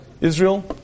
Israel